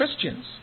Christians